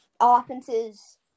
offenses